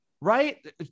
Right